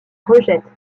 rejette